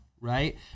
right